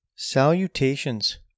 Salutations